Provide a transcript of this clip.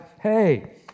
hey